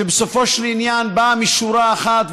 שבסופו של עניין באה משורה אחת,